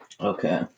Okay